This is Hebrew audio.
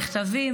מכתבים,